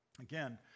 Again